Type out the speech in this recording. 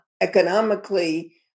economically